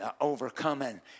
overcoming